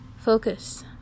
focus